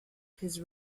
his